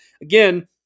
Again